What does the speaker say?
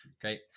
great